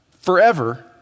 forever